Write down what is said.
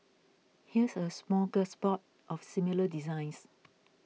here's a smorgasbord of similar designs